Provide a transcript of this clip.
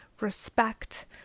respect